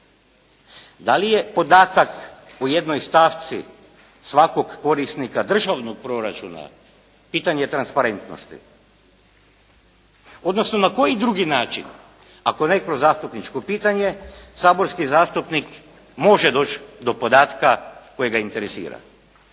Da li je podatak u jednoj stavci svakog korisnika državnog proračuna pitanje transparentnosti, odnosno na koji drugi način ako ne kroz zastupničko pitanje saborski zastupnik može doći do podatka koji ga interesira.